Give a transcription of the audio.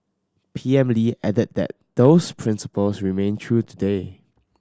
P M Lee added that those principles remain true today